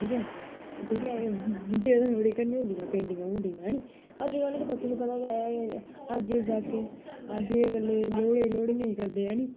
ठीक ऐ ठीक ऐ एह् बुड्ढे होए दे करने होंदियां पेंटिंगां है नी अज्ज कल तुहेंगी पता गै अज्ज जागतें अज्ज अगर लौह्ड़े लौह्ड़ियें करदे है नी